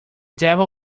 devil